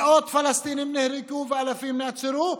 מאות פלסטינים נהרגו ואלפים נעצרו,